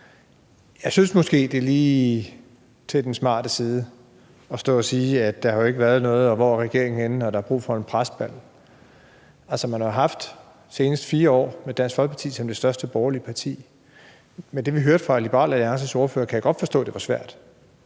Jeg synes måske, at det er lige til den smarte side at stå og sige, at der ikke er sket noget, og at der er brug for en presbal, og spørge, hvor regeringen er henne. For der har jo senest været 4 år med Dansk Folkeparti som det største borgerlige parti, men med det, som vi hørte fra Liberal Alliances ordfører, kan jeg godt forstå, at det var svært.